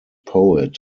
poet